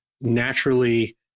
naturally